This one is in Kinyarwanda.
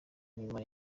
nyuma